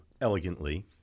elegantly